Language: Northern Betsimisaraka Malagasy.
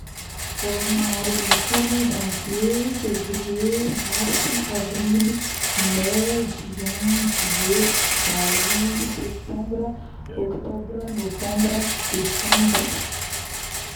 Vôlagna aroambinifolo: Janvier, Fevrier, Marsy, Avrily, May, Juin, Juillet, Septambra, Oktôbra, Novambra, Desambra